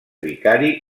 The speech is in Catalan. vicari